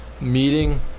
meeting